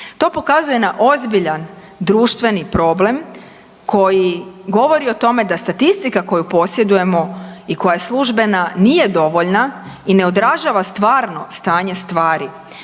To pokazuje na ozbiljan društveni problem koji govori o tome da statistika koju posjedujemo i koja je službena nije dovoljna i ne odražava stvarno stanje stvari.